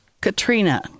Katrina